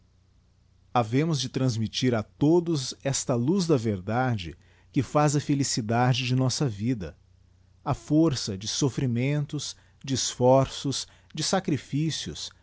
havemos de transmittir a todos esta luz da verdade que faz a felicidade de nossa vida a força de sofrimentos de esforços de sacrificioe